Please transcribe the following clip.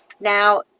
Now